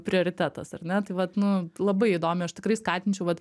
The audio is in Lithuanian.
prioritetas ar ne tai vat nu labai įdomiai aš tikrai skatinčiau vat